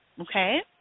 Okay